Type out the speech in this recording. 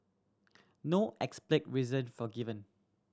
no explicit reason for given